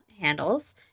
handles